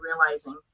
realizing